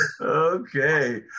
Okay